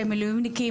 שהם מילואימניקים,